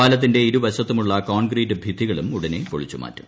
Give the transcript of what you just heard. പാലത്തിന്റെ ഇരുവശത്തുമുള്ള കോൺക്രീറ്റ് ഭിത്തികളും ഉടനെ പൊളിച്ചുമാറ്റും